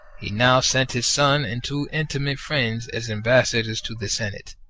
he now sent his son and two intimate friends as ambassadors to the senate,